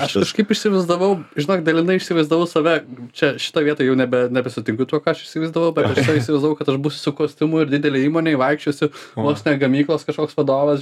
aš kažkaip įsivaizdavau žinok dalinai įsivaizdavau save čia šitoj vietoj jau nebe nebesutinku tuo ką aš įsivaizdavau bet įsivaizdavau kad aš būsiu su kostiumu ir didelėj įmonėj vaikščiosiu vos ne gamyklos kažkoks vadovas